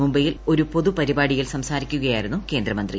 മുംബ്ബെയിൽ ഒരു പൊതു പരിപാടിയിൽ സംസാരിക്കുകയായിരുന്നു കേന്ദ്രമന്ത്രി